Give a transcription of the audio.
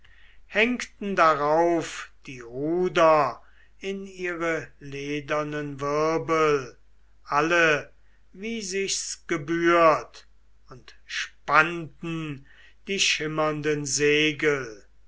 hängten darauf die ruder in ihre ledernen wirbel alles wie sich's gebührt und spannten die schimmernden segel